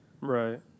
Right